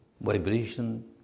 vibration